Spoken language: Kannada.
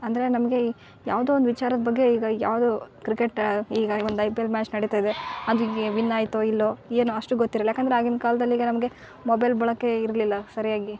ಅಂದರೆ ನಮಗೆ ಯಾವ್ದೋ ಒಂದು ವಿಚಾರದ ಬಗ್ಗೆ ಈಗ ಯಾವುದೋ ಕ್ರಿಕೆಟ್ ಈಗ ಒಂದು ಐ ಪಿ ಎಲ್ ಮ್ಯಾಚ್ ನಡೀತಾ ಇದೆ ಅದು ವಿನ್ ಆಯ್ತೋ ಇಲ್ಲೊ ಏನು ಅಷ್ಟು ಗೊತ್ತಿರೋಲ್ಲ ಯಾಕಂದ್ರೆ ಆಗಿನ ಕಾಲ್ದಲ್ಲಿ ಈಗ ನಮಗೆ ಮೊಬೈಲ್ ಬಳಕೆ ಇರಲಿಲ್ಲ ಸರಿಯಾಗಿ